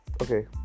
okay